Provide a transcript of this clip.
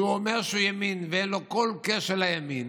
שאומר שהוא ימין ואין לו כל קשר לימין,